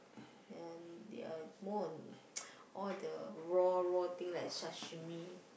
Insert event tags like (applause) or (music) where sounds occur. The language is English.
and their more on (noise) all the raw raw thing like sashimi